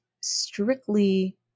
strictly